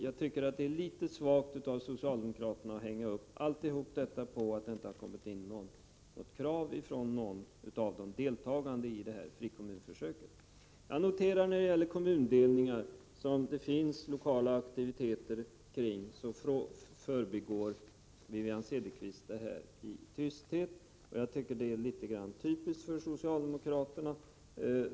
Jag tycker att det är litet svagt av socialdemokraterna att hänga upp alltihop på att det inte rests några krav från någon av deltagarna i frikommunförsöket. Frågan om kommundelningar som det finns lokala aktiviteter kring förbigår Wivi-Anne Cederqvist i tysthet. Det är typiskt för socialdemokraterna.